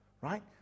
right